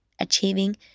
achieving